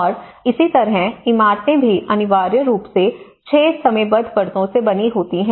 और इसी तरह इमारतें भी अनिवार्य रूप से 6 समयबद्ध परतों से बनी होती हैं